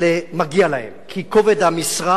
אלה מגיע להם, כי כובד המשרה